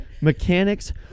Mechanics